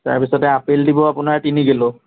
তাৰপিছতে আপেল দিব আপোনাৰ তিনি কিলো